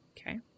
Okay